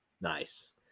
Nice